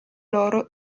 loro